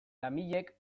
tamilek